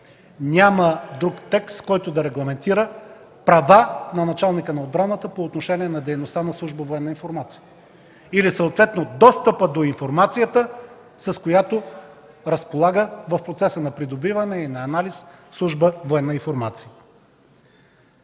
няма друг текст, който да регламентира права на началника на отбраната по отношение на дейността на служба „Военна информация” или съответно достъпа до информацията, с която разполага в процеса на придобиване или на анализ